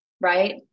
right